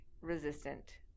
resistant